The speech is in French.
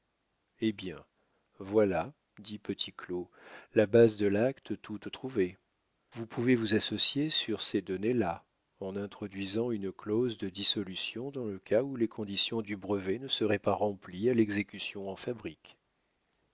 eh bien voilà dit petit claud la base de l'acte toute trouvée vous pouvez vous associer sur ces données là en introduisant une clause de dissolution dans le cas où les conditions du brevet ne seraient pas remplies à l'exécution en fabrique